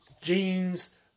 jeans